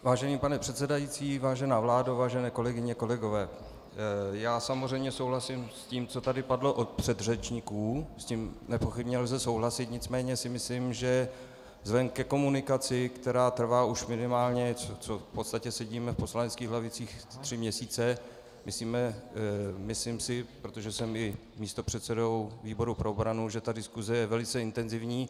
Vážený pane předsedající, vážená vládo, vážené kolegyně, kolegové, já samozřejmě souhlasím s tím, co tady padlo od předřečníků, s tím nepochybně lze souhlasit, nicméně si myslím, že vzhledem ke komunikaci, která trvá už minimálně, co v podstatě sedíme v poslaneckých lavicích, tři měsíce, myslím si, protože jsem i místopředsedou výboru pro obranu, že ta diskuse je velice intenzivní.